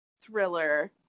thriller